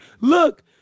Look